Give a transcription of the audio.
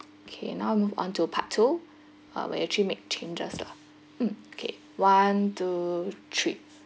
okay now we move on to part two uh we'll actually make changes lah mm okay one two three